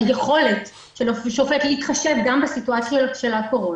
היכולת של השופט להתחשב גם בסיטואציות של הקורונה,